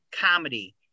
comedy